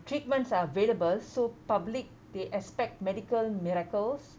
treatments are available so public they expect medical miracles